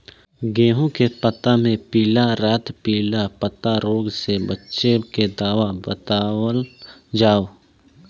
गेहूँ के पता मे पिला रातपिला पतारोग से बचें के दवा बतावल जाव?